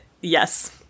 Yes